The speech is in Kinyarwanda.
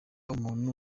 umuntu